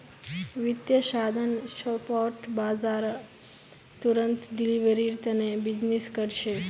वित्तीय साधन स्पॉट बाजारत तुरंत डिलीवरीर तने बीजनिस् कर छे